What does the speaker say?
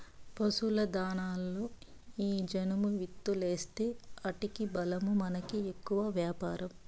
పశుల దాణాలలో ఈ జనుము విత్తూలేస్తీ ఆటికి బలమూ మనకి ఎక్కువ వ్యాపారం